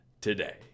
today